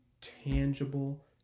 tangible